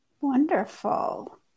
Wonderful